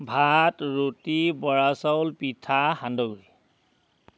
ভাত ৰুটি বৰা চাউল পিঠা সান্দহ গুড়ি